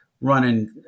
running